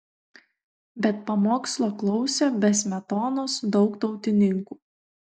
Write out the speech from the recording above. bet pamokslo klausė be smetonos daug tautininkų